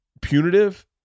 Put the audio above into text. punitive